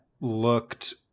looked